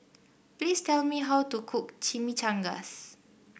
please tell me how to cook Chimichangas